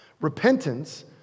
Repentance